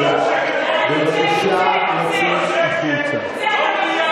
מיליון שקל, צא, צא.